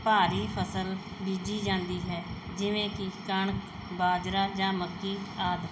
ਭਾਰੀ ਫਸਲ ਬੀਜੀ ਜਾਂਦੀ ਹੈ ਜਿਵੇਂ ਕਿ ਕਣਕ ਬਾਜਰਾ ਜਾਂ ਮੱਕੀ ਆਦਿ